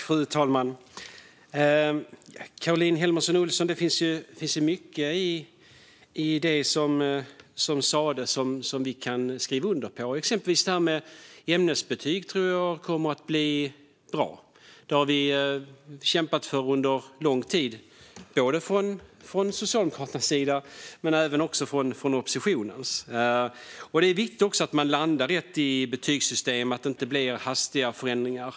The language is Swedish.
Fru talman! Det finns mycket i vad Caroline Helmersson Olsson sa som vi kan skriva under på. Jag tror att förslaget om ämnesbetyg kommer att bli bra. Både Socialdemokraterna och oppositionen har länge kämpat i denna fråga. Det är viktigt att landa rätt i betygssystemen så att det inte blir hastiga förändringar.